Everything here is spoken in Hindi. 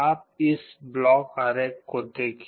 आप इस ब्लॉक आरेख को देखें